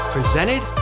Presented